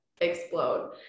explode